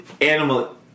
Animal